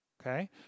okay